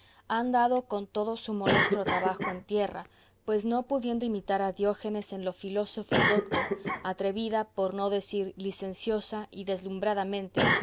han dado con todo su molesto trabajo en tierra pues no pudiendo imitar a diógenes en lo filósofo y docto atrevida por no decir licenciosa y